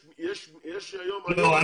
לא.